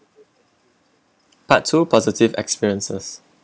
part two positive experiences